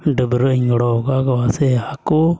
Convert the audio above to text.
ᱰᱟᱹᱵᱽᱨᱟᱹᱜ ᱤᱧ ᱜᱚᱲᱚ ᱟᱠᱟᱫ ᱠᱚᱣᱟ ᱥᱮ ᱦᱟᱹᱠᱩ